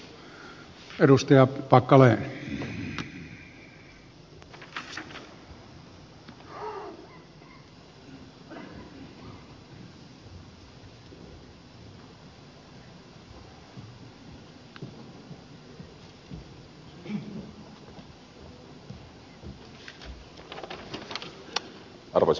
hyvät kansanedustajakollegat